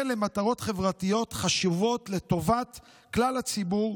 למטרות חברתיות חשובות לטובת כלל הציבור,